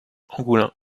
angoulins